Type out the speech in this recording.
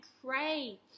pray